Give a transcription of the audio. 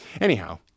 Anyhow